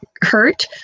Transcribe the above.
hurt